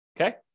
Okay